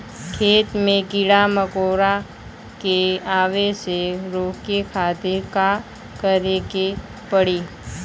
खेत मे कीड़ा मकोरा के आवे से रोके खातिर का करे के पड़ी?